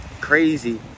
Crazy